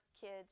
kids